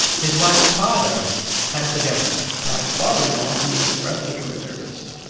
his wife's father had a suggestion my father-in-law, who is a respiratory therapist,